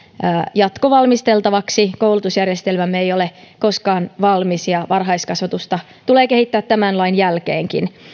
jatkovalmisteltavaksi koulutusjärjestelmämme ei ole koskaan valmis ja varhaiskasvatusta tulee kehittää tämän lain jälkeenkin